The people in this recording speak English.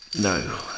No